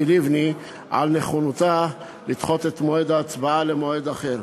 לבני על נכונותה לדחות את ההצבעה למועד אחר.